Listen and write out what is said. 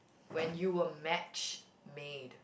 when you were match made